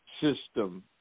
system